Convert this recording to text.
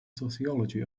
sociology